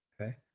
Okay